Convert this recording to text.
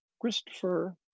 Christopher